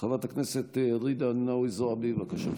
חברת הכנסת ג'ידא רינאוי זועבי, בבקשה.